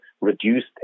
reduced